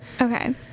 Okay